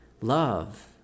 love